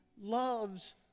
loves